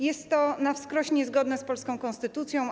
Jest to na wskroś niezgodne z polską konstytucją.